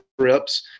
trips